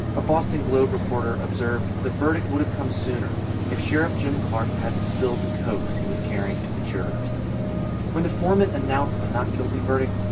a boston globe reporter observed the verdict would have come sooner if sheriff jim clark hadn't spilled the cokes he was carrying to the jurors when the foreman announced the not guilty verdict,